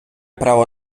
право